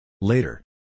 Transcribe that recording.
Later